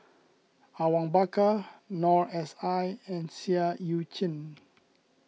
Awang Bakar Noor S I and Seah Eu Chin